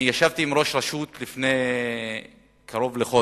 אני ישבתי עם ראש רשות לפני קרוב לחודש,